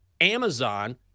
Amazon